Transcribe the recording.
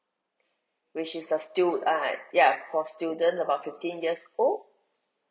which is a stu~ ah ya for student about fifteen years old